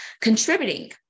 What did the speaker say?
contributing